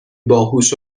باهوش